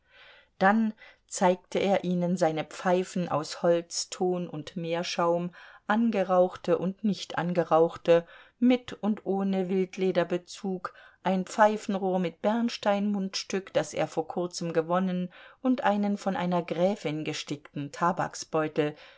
dann zeigte er ihnen seine pfeifen aus holz ton und meerschaum angerauchte und nicht angerauchte mit und ohne wildlederbezug ein pfeifenrohr mit bernsteinmundstück das er vor kurzem gewonnen und einen von einer gräfin gestickten